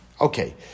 Okay